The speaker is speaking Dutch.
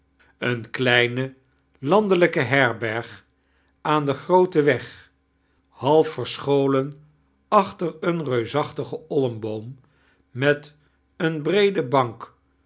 eene kleine landelijke herberg aan den grooten weg half verscholen achter een reusachtiigen olmboom met eene breede bank